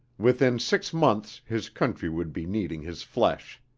within six months his country would be needing his flesh.